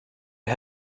det